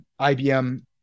IBM